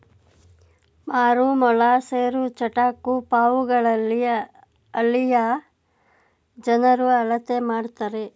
ಮಾರು, ಮೊಳ, ಸೇರು, ಚಟಾಕು ಪಾವುಗಳಲ್ಲಿ ಹಳ್ಳಿಯ ಜನರು ಅಳತೆ ಮಾಡ್ತರೆ